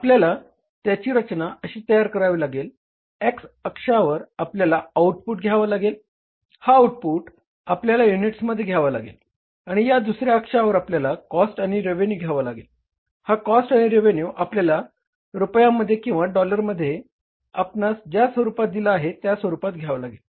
आपल्याला त्याची रचना अशी तयार करावी लागेल x अक्षावर आपल्याला आउटपुट घ्यावा लागेल हा आउटपुट आपल्याला युनिट्समध्ये घ्यावा लागेल आणि या दुसऱ्या अक्षावर आपल्याला कॉस्ट आणि रेव्हेन्यू घ्यावा लागेल हा कॉस्ट आणि रेव्हेन्यू आपल्याला रुपयांमध्ये किंवा डॉलरमध्ये आपणास ज्या स्वरूपात दिला आहे त्या स्वरूपात घ्यावा लागेल